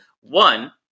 one